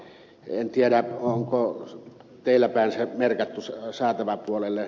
en tiedä onko teillä päin merkattu se saatavapuolelle